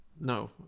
No